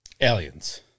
Aliens